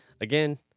again